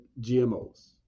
GMOs